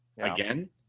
again